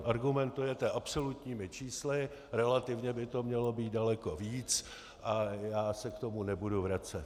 Argumentujete absolutními čísly, relativně by to mělo být daleko víc a já se k tomu nebudu vracet.